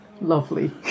lovely